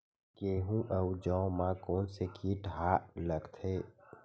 गेहूं अउ जौ मा कोन से कीट हा लगथे?